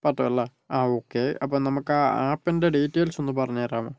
പറ്റുമല്ലേ ആ ഓക്കേ അപ്പൊൾ നമുക്ക് ആ ആപ്പിന്റെ ഡീറ്റെയിൽസ് ഒന്നു പറഞ്ഞുതരാമോ